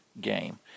game